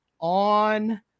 on